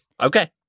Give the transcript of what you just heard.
Okay